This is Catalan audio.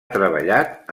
treballat